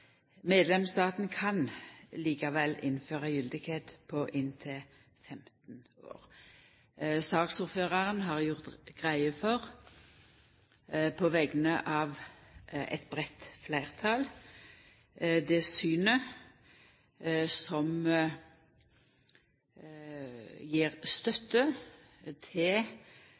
Medlemsstaten kan likevel innføra gyldigheit på inntil 15 år. Saksordføraren har gjort greie for, på vegner av eit breitt fleirtal, det synet som gjev støtte til